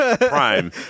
prime